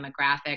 demographic